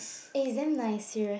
eh it's damn nice serious